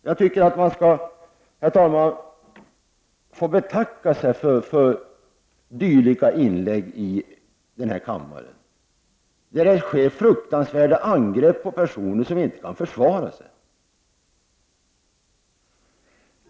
Jag tycker, herr talman, att man skall betacka sig för inlägg här i kammaren med fruktansvärda angrepp på personer som inte kan försvara sig.